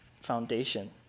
foundation